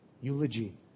eulogy